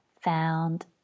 found